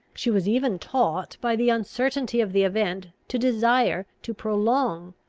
she was even taught by the uncertainty of the event to desire to prolong,